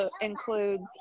includes